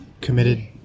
committed